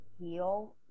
heal